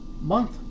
month